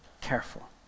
careful